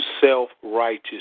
self-righteous